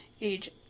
age